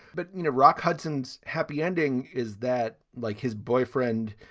but you know rock hudson's happy ending. is that like his boyfriend?